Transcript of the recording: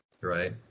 Right